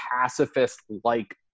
pacifist-like